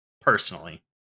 Personally